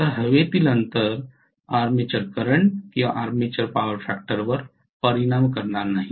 तर हवेतील अंतर आर्मेचर करंट किंवा आर्मेचर पॉवर फॅक्टरवर परिणाम करणार नाही